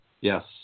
Yes